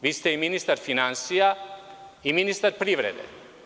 Vi ste i ministar finansija i ministar privrede.